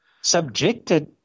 subjected